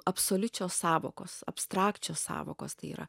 absoliučios sąvokos abstrakčios sąvokos tai yra